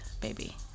baby